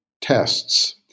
tests